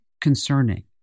concerning